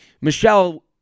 Michelle